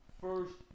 first